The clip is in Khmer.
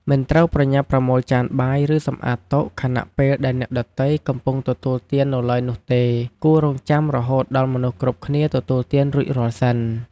មិនត្រូវប្រញាប់ប្រមូលចានបាយឬសម្អាតតុខណៈពេលដែលអ្នកដទៃកំពុងទទួលទាននៅឡើយនោះទេគួររង់ចាំរហូតដល់មនុស្សគ្រប់គ្នាទទួលទានរួចរាល់សិន។